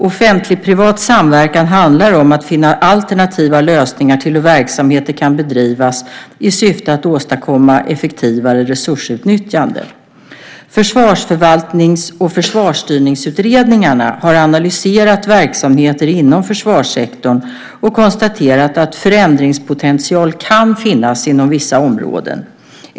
Offentlig-privat samverkan handlar om att finna alternativa lösningar till hur verksamheter kan bedrivas i syfte att åstadkomma effektivare resursutnyttjande. Försvarsförvaltnings och Försvarsstyrningsutredningarna har analyserat verksamheter inom försvarssektorn och konstaterat att förändringspotential kan finnas inom vissa områden.